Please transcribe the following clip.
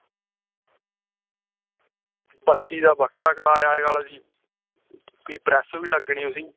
बत्ती दा बक्खरा कराया अज्जकल भी प्रैस बी लग्गनी उसी